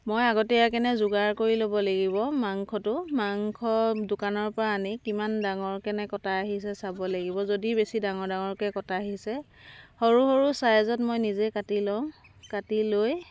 মই আগতীয়াকৈ যোগাৰ কৰি ল'ব লাগিব মাংসটো মাংস দোকানৰপৰা আনি কিমান ডাঙৰকৈ কটা আহিছে চাব লাগিব যদি বেছি ডাঙৰ ডাঙৰকৈ কটা আহিছে সৰু সৰু ছাইজত মই নিজেই কাটি লওঁ কাটি লৈ